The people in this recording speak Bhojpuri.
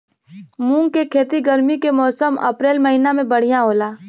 मुंग के खेती गर्मी के मौसम अप्रैल महीना में बढ़ियां होला?